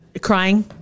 crying